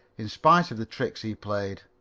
in spite of the tricks he played.